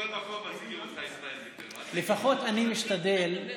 לפחות אני משתדל.